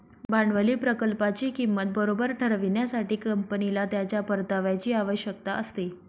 भांडवली प्रकल्पाची किंमत बरोबर ठरविण्यासाठी, कंपनीला त्याच्या परताव्याची आवश्यकता असते